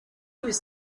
was